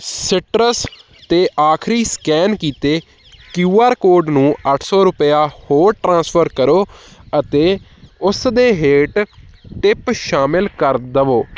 ਸੀਟਰਸ 'ਤੇ ਆਖਰੀ ਸਕੈਨ ਕੀਤੇ ਕਿਊ ਆਰ ਕੋਡ ਨੂੰ ਅੱਠ ਸੌ ਰੁਪਇਆ ਹੋਰ ਟ੍ਰਾਂਸਫਰ ਕਰੋ ਅਤੇ ਉਸ ਦੇ ਹੇਠ ਟਿਪ ਸ਼ਾਮਿਲ ਕਰ ਦਵੋ